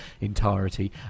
entirety